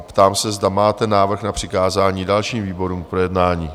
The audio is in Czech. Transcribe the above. Ptám se, zda máte návrh na přikázání dalším výborům k projednání?